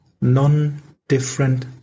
non-different